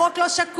לחוק לא שקוף.